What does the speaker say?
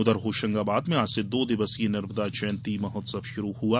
उधर होशंगाबाद में आज से दो दिवसीय नर्मदा जयंती महोत्सव शुरू हुआ